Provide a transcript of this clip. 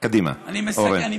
קדימה, אורן.